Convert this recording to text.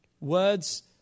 Words